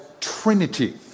Trinity